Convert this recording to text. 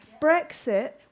Brexit